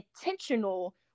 intentional